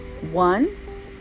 one